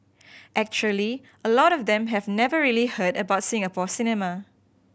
actually a lot of them have never really heard about Singapore cinema